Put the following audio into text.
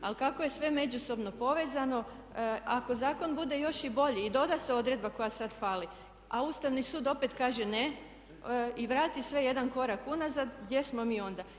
Ali kako je sve međusobno povezano, ako zakon bude još i bolji i doda se odredba koja sada fali a Ustavni sud opet kaže ne i vrati sve jedan korak unazad, gdje smo mi onda.